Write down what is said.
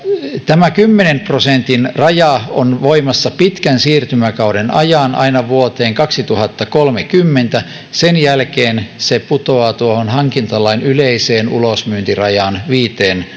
tämä kymmenen prosentin raja on voimassa pitkän siirtymäkauden ajan aina vuoteen kaksituhattakolmekymmentä sen jälkeen se putoaa hankintalain yleiseen ulosmyyntirajaan viiteen